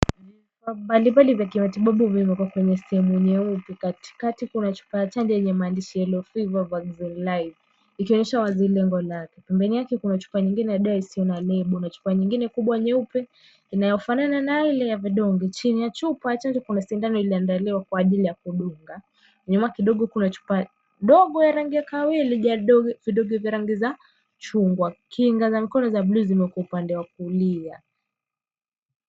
Vifaa mbalimbali vya kimatibabu vimewekea kwenye sehemu nyeupe, katikati kuna chupa ya chanjo yenye maandishi ya Yellow Fever Vaccine Live , ikionyesha wazi lengo lake. Pembeni yake kuna chupa nyingine ya dawa isiyo na lebo, na chupa nyingine kubwa nyeupe inayofanana naye ile ya vidonge. Chini ya chupa ya chanjo kuna sindano iliyoandaliwa kwa ajili ya kudunga. Nyuma kidogo kuna chupa ndogo ya rangi ya kahawia iliyojaa vidonge vya rangi za chungwa. Kinga za mkono za bluu zimewekwa upande wa kulia.